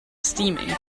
steaming